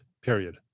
Period